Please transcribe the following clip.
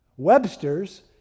Webster's